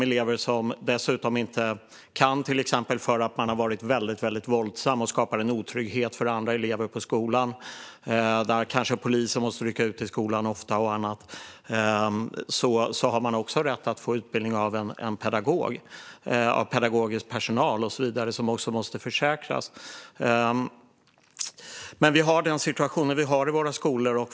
När det gäller till exempel elever som har varit väldigt våldsamma och skapar en otrygghet för andra elever på skolan behöver kanske polisen rycka ut till skolan ofta. Men även de eleverna har rätt till utbildning av pedagogisk personal som måste försäkras. Vi har den situation vi har i våra skolor.